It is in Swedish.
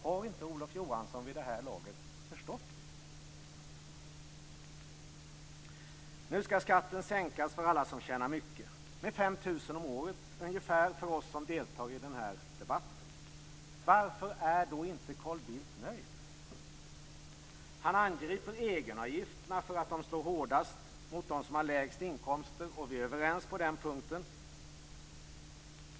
Har inte Olof Johansson förstått det vid det här laget? Nu skall skatten sänkas för alla som tjänar mycket, med ca 5 000 kr om året för oss som deltar i den här debatten. Varför är då inte Carl Bildt nöjd? Han angriper egenavgifterna för att de slår hårdast mot dem som har lägst inkomster, och vi är överens på den punkten.